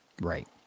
right